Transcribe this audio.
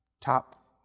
Top